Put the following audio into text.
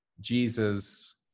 Jesus